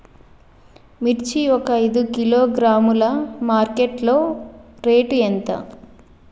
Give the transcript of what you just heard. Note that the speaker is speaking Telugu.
మిర్చి ఒక ఐదు కిలోగ్రాముల మార్కెట్ లో రేటు ఎంత?